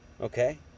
Okay